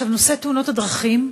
נושא תאונות הדרכים,